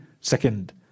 second